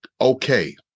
okay